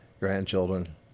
grandchildren